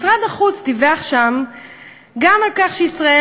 משרד החוץ דיווח שם גם על כך שישראל,